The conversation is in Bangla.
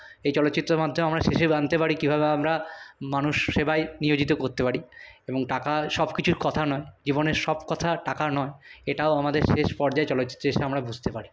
এই চলচ্চিত্রের মাধ্যমে আমরা শেষে জানতে পারি কীভাবে আমরা মানুষ সেবায় নিয়োজিত করতে পারি এবং টাকা সব কিছুর কথা নয় জীবনের সব কথা টাকা নয় এটাও আমাদের শেষ পর্যায়ে চলচ্চিত্রে এসে আমরা বুঝতে পারি